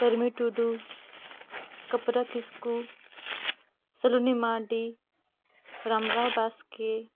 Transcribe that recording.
ᱠᱟᱹᱨᱢᱤ ᱴᱩᱰᱩ ᱠᱟᱹᱯᱨᱟᱹ ᱠᱤᱥᱠᱩ ᱥᱞᱩᱱᱤ ᱢᱟᱨᱰᱤ ᱨᱟᱢᱟᱭ ᱵᱟᱥᱠᱮ